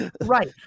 Right